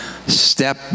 Step